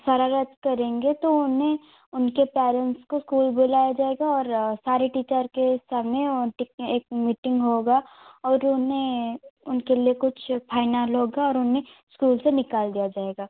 शरारत करेंगे तो उन्हें उनके पेरेंट्स को स्कूल बुलाया जाएगा और सारे टीचर के सामने और टिकने एक मीटिंग होगी और उन्हें उनके लिए कुछ फाइनल होगा और उन्हें स्कूल से निकाल दिया जाएगा